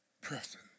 person